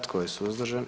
Tko je suzdržan?